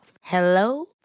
Hello